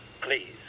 please